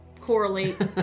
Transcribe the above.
correlate